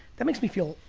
that makes me feel,